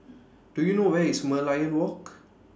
Do YOU know Where IS Merlion Walk